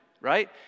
right